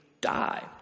die